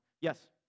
Yes